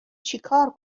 چیکار